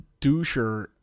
doucher